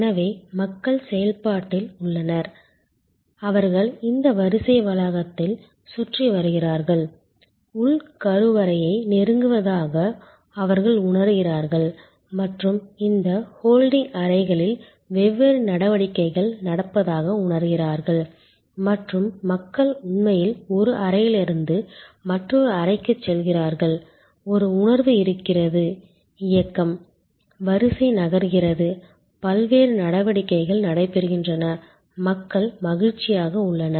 எனவே மக்கள் செயல்பாட்டில் உள்ளனர் அவர்கள் இந்த வரிசை வளாகத்தை சுற்றி வருகிறார்கள் உள் கருவறையை நெருங்குவதாக அவர்கள் உணர்கிறார்கள் மற்றும் இந்த ஹோல்டிங் அறைகளில் வெவ்வேறு நடவடிக்கைகள் நடப்பதாக உணர்கிறார்கள் மற்றும் மக்கள் உண்மையில் ஒரு அறையிலிருந்து மற்றொரு அறைக்கு செல்கிறார்கள் ஒரு உணர்வு இருக்கிறது இயக்கம் வரிசை நகர்கிறது பல்வேறு நடவடிக்கைகள் நடைபெறுகின்றன மக்கள் மகிழ்ச்சியாக உள்ளனர்